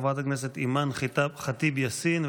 חברת הכנסת אימאן ח'טיב יאסין,